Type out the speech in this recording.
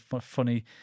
funny